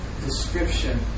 description